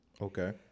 Okay